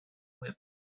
whip